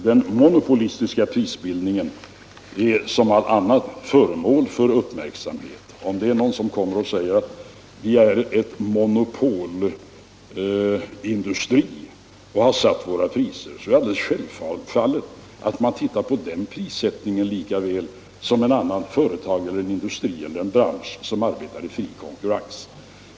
Den monopolistiska prisbildningen är som allt annat föremål för uppmärksamhet. Om det är någon som kommer och säger att vi är en monopolindustri och har satt våra priser med hänsyn till detta så är det självklart att man tittar på den prissättningen lika väl som man tittar på prissättningen i ett annat företag, en industri eller bransch som arbetar i fri konkurrens.